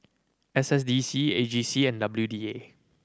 S S D C A G C and W D A